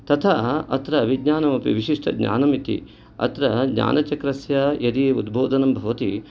तथा अत्र विज्ञानमपि विशिष्टज्ञानम् इति अत्र ज्ञानचक्रस्य यदि उद्बोधनं भवति